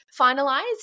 finalized